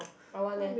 I want eh